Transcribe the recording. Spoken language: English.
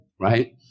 right